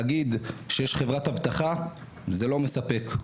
להגיד שיש חברת אבטחה, זה לא מספק.